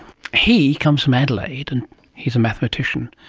he comes from adelaide and he's a mathematician,